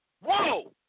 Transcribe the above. Whoa